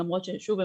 למרות ששוב,